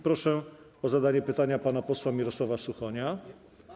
Proszę o zadanie pytania pana posła Mirosława Suchonia.